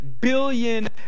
billion